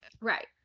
right